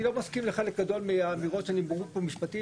אני לא מסכים לחלק גדול מהאמירות שנאמרו פה משפטית